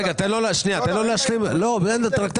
תן לו להשלים את הטיעון.